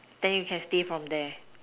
then you can stay from there